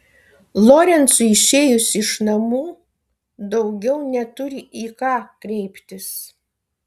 lorencui išėjus iš namų daugiau neturi į ką kreiptis